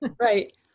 Right